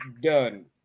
done